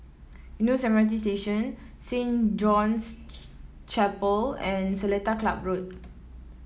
Eunos M R T Station Saint John's Chapel and Seletar Club Road